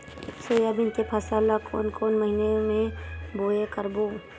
Soybean के फसल ल कोन कौन से महीना म बोआई करबो?